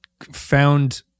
found